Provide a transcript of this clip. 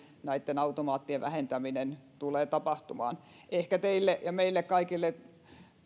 automaattien vähentäminen tulee tapahtumaan ehkä teille ja meille kaikille